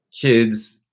kids